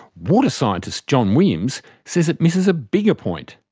water scientist john williams says it misses a bigger point,